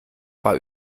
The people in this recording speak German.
war